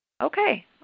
okay